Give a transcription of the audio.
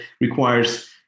requires